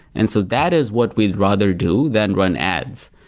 and so that is what we'd rather do than run ads.